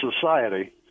society